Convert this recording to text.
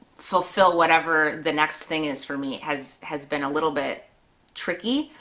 fulfill whatever the next thing is for me has has been a little bit tricky.